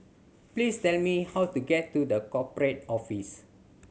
please tell me how to get to The Corporate Office